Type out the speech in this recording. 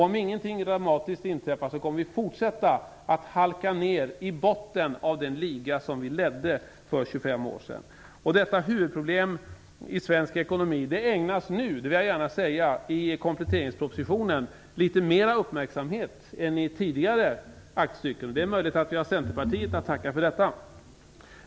Om ingenting dramatiskt inträffar kommer vi att fortsätta att halka ner till botten av den liga som vi ledde för 25 år sedan. Detta huvudproblem i svensk ekonomi ägnas nu - det skall jag gärna säga - i kompletteringspropositionen litet mera uppmärksamhet än i tidigare aktstycken. Det är möjligt att vi har Centerpartiet att tacka för detta.